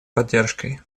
поддержкой